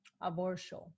abortion